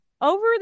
over